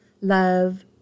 love